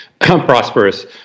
prosperous